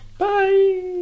Bye